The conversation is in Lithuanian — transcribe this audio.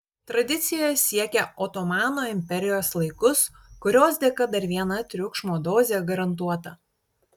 tradicija siekia otomano imperijos laikus kurios dėka dar viena triukšmo dozė garantuota